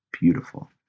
beautiful